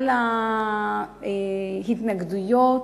כל ההתנגדויות.